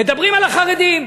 מדברים על החרדים,